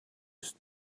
ist